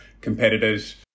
competitors